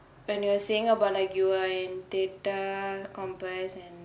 when you were saying about like you were in threatre compass and